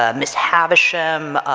ah miss havisham,